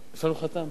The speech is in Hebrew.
למשפחת רוקח.